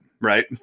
right